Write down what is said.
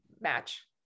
match